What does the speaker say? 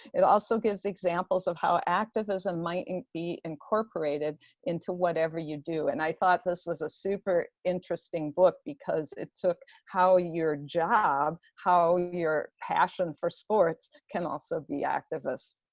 it also gives examples of how activism might and be incorporated into whatever you do. and i thought this was a super interesting book because it took how your job, how your passion for sports can also be activist.